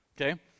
Okay